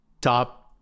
top